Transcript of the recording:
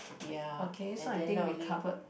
ya like they are not only